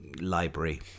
library